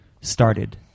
started